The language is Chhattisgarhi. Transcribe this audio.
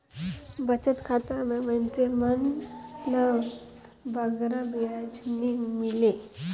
बचत खाता में मइनसे मन ल बगरा बियाज नी मिले